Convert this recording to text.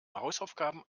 hausaufgaben